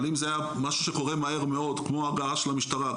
אבל אם זה היה משהו שקורה מהר מאוד כמו הגעה של המשטרה,